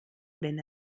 wenn